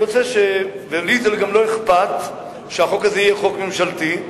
לי גם לא אכפת שהחוק הזה יהיה חוק ממשלתי.